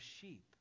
sheep